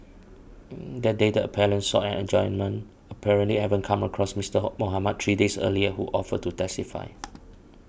that day the appellant sought an adjournment apparently having come across Mister Mohamed three days earlier who offered to testify